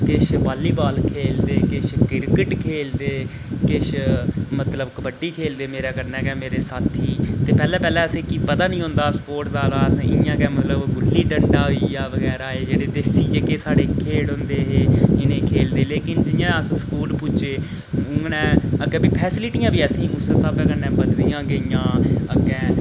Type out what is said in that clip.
किश वॉल्लीबाल खेढदे किश क्रिकेट खेढदे किश मतलब कबड्डी खेढदे मेरे कन्नै गै मेरे साथी ते पैह्लें पैह्लें असें गी पता निं होंदा हा स्पोर्ट्स दा अस इ'यां गै मतलब गुल्ली डंडा होई गेआ बगैरा एह् जेह्ड़े देसी जेह्के साढ़े खेढ हुंदे हे इ'नें गी खेढदे लेकिन जि'यां अस सकूल पुज्जे उ'आं ने अग्गें फ्ही फैसीलिटियां बी असें गी उस्सै साहबै कन्नै बधदियां गेइयां अग्गें